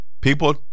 People